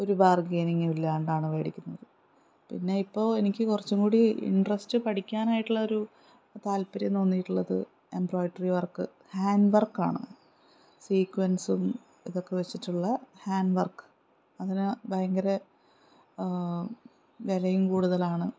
ഒരു ബാർഗേനിങ്ങും ഇല്ലാണ്ടാണ് മേടിക്കുന്നത് പിന്നെ ഇപ്പോൾ എനിക്ക് കുറച്ചുംകൂടി ഇൻട്രസ്റ്റ് പഠിക്കാനായിട്ടുള്ള ഒരു താല്പര്യം തോന്നിയിട്ടുള്ളത് എംബ്രോയ്ഡറി വർക്ക് ഹാൻഡ് വർക്കാണ് സീക്വൻസും ഇതൊക്കെ വച്ചിട്ടുള്ള ഹാൻഡ് വർക്ക് അതിന് ഭയങ്കര വിലയും കൂടുതലാണ്